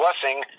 Blessing